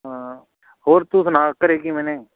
ਹਾਂ ਹੋਰ ਤੂੰ ਸੁਣਾ ਘਰੇ ਕਿਵੇਂ ਨੇ